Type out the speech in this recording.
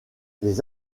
des